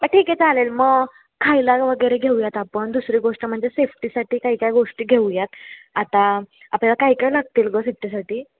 हां ठीक आहे चालेल मग खायला वगैरे घेऊयात आपण दुसरी गोष्ट म्हणजे सेफ्टीसाठी काही काही गोष्टी घेऊयात आता आपल्याला काय काय लागतील गं सिप्टीसाठी